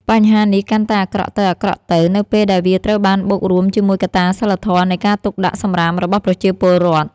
បញ្ហានេះកាន់តែអាក្រក់ទៅៗ នៅពេលដែលវាត្រូវបានបូករួមជាមួយកត្តាសីលធម៌នៃការទុកដាក់សំរាមរបស់ប្រជាពលរដ្ឋ។